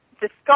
discuss